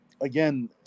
again